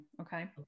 Okay